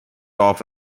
off